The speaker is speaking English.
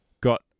Got